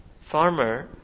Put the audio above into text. farmer